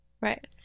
Right